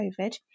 COVID